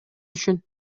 үчүн